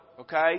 Okay